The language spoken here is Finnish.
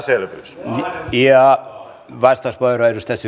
nyt se on itsestäänselvyys